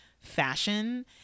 fashion